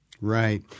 Right